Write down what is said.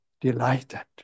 delighted